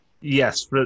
yes